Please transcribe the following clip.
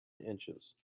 inches